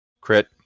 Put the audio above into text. Crit